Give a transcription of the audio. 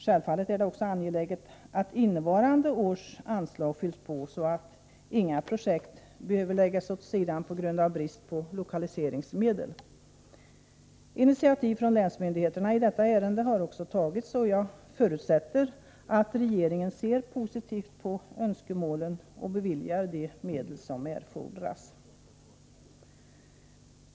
Självfallet är det också angeläget att det innevarande årets anslag fylls på, så att inga projekt behöver läggas åt sidan på grund av brist på lokaliseringsmedel. Initiativ från länsmyndigheterna i detta ärende har också tagits, och jag förutsätter att regeringen ser positivt på önskemålen och beviljar de medel som erfordras.